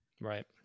right